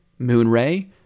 Moonray